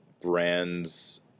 brands